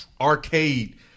arcade